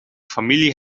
familie